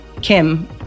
Kim